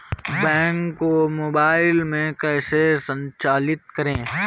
Bank को mobile में कैसे संचालित करें?